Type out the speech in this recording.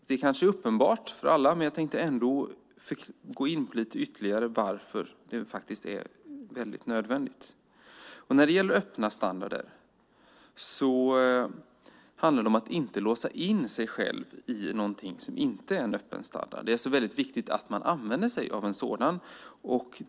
Det kanske är uppenbart för alla, men jag tänkte ändå gå in på ytterligare varför det är nödvändigt. När det gäller öppna standarder handlar det om att inte låsa in sig själv i något som inte är en öppen standard. Det är viktigt att man använder sig av en sådan.